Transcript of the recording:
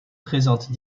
présente